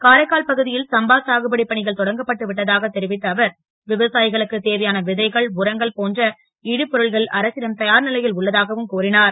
காரைக்கால் பகு ல் சம்பா சாகுபடி பணிகள் தொடங்கப்பட்டு விட்டதாக தெரிவித்த அவர் விவசா களுக்கு தேவையான விதைகள் உரங்கள் போன்ற இடுபொருள்கள் அரசிடம் தயார் லை ல் உள்ளதாகவும் கூறினார்